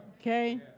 Okay